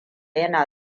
yana